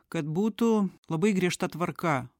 kad būtų labai griežta tvarka